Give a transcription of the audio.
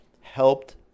helped